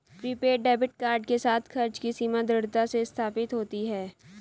prepaid debit card के साथ, खर्च की सीमा दृढ़ता से स्थापित होती है